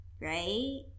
right